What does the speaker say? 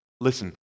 listen